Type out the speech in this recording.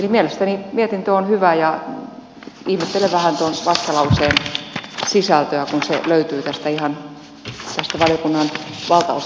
mielestäni mietintö on hyvä ja ihmettelen vähän tuon vastalauseen sisältöä kun se löytyy ihan tästä valtaosasta valiokunnan tekstiä